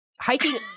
Hiking